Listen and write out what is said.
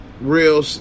real